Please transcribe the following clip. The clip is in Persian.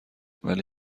ولی